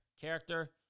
Character